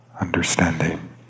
understanding